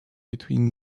between